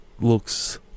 looks